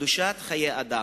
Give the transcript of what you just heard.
וקדושת חיי אדם.